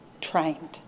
trained